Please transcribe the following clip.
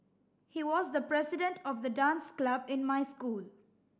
he was the president of the dance club in my school